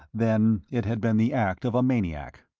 then it had been the act of a maniac.